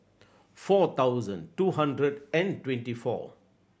four thousand two hundred and twenty four